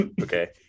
Okay